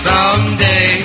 Someday